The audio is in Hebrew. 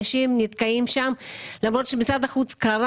אנשים נתקעים שם למרות שמשרד החוץ קרא